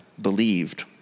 believed